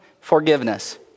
forgiveness